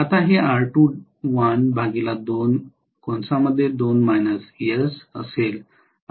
आता हे R2l 2 असेल